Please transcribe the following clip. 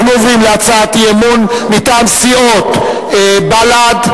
אנחנו עוברים להצעת אי-אמון מטעם סיעות בל"ד,